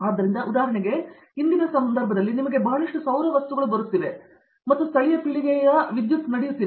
ಆದ್ದರಿಂದ ಉದಾಹರಣೆಗೆ ನೀವು ತಿಳಿದಿರುವ ಇಂದಿನ ಸಂದರ್ಭದಲ್ಲಿ ನಿಮಗೆ ಬಹಳಷ್ಟು ಸೌರ ವಸ್ತುಗಳು ಬರುತ್ತಿವೆ ಮತ್ತು ಸ್ಥಳೀಯ ಪೀಳಿಗೆಯ ವಿದ್ಯುತ್ ನಡೆಯುತ್ತಿದೆ